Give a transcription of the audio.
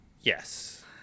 Yes